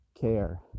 care